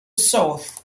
south